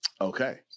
okay